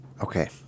Okay